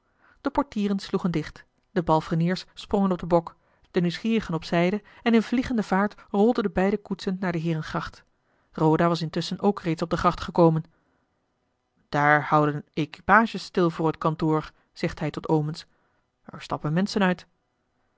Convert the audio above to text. sloegen dicht de palfreniers sprongen op den bok de nieuwsgierigen op zijde en in vliegende vaart rolden de beide koetsen naar de heerengracht roda was intusschen ook reeds op de gracht gekomen daar houden equipages stil voor het kantoor zegt hij tot omens er stappen menschen uit